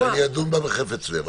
זו הצעת חוק אחרת, שאני אדון בה בחפץ לב.